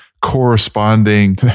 corresponding